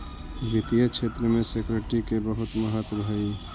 वित्तीय क्षेत्र में सिक्योरिटी के बहुत महत्व हई